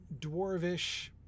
dwarvish